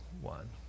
one